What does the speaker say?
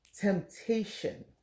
temptation